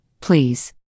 please